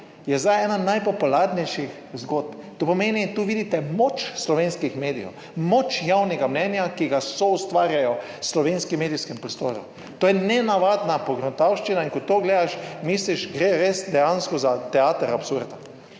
je zdaj ena najpopularnejših zgodb. To pomeni, tu vidite moč slovenskih medijev, moč javnega mnenja, ki ga soustvarjajo v slovenskem medijskem prostoru. To je nenavadna pogruntavščina. In ko to gledaš, misliš, gre res dejansko za teater absurda.